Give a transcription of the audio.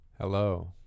Hello